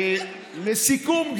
לסיכום,